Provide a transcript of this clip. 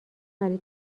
برای